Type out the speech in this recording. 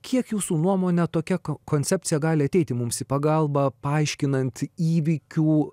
kiek jūsų nuomone tokia koncepcija gali ateiti mums į pagalbą paaiškinant įvykių